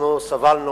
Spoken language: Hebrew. אנחנו סבלנו